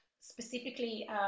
specifically